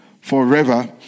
forever